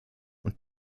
und